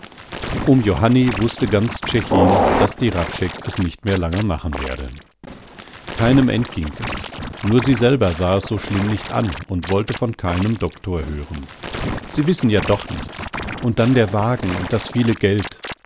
um johanni wußte ganz tschechin daß die hradscheck es nicht lange mehr machen werde keinem entging es nur sie selber sah es so schlimm nicht an und wollte von keinem doktor hören sie wissen ja doch nichts und dann der wagen und das viele geld